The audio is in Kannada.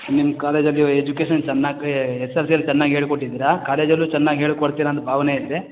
ನಿಮ್ಮ ಕಾಲೇಜಲ್ಲಿ ಎಜುಕೇಷನ್ ಚೆನ್ನಾಗಿ ಎಸ್ ಎಲ್ ಸಿಯಲ್ಲಿ ಚೆನ್ನಾಗಿ ಹೇಳ್ಕೊಟ್ಟಿದ್ದೀರ ಕಾಲೇಜಲ್ಲೂ ಚೆನ್ನಾಗಿ ಹೇಳಿಕೊಡ್ತೀರ ಅಂತ ಭಾವನೆ ಇದೆ